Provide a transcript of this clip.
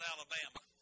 Alabama